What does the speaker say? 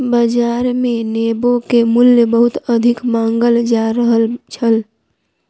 बाजार मे नेबो के मूल्य बहुत अधिक मांगल जा रहल छल